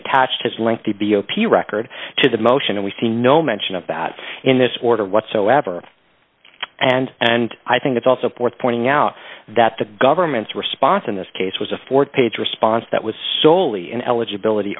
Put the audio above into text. attached his lengthy b o p s record to the motion and we see no mention of that in this order whatsoever and and i think it's also worth pointing out that the government's response in this case was a four page response that was soley ineligibility